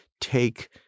take